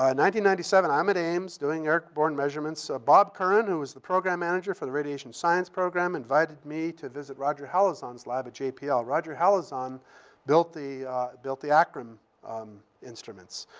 ah ninety ninety seven, i'm at ames doing airborne measurements. ah bob curran, who was the program manager for the radiation science program, invited me to visit roger helizon's lab at jpl. roger helizon built the built the acrim um instruments.